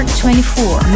24